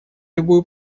любую